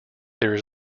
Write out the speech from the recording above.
there